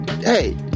hey